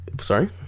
sorry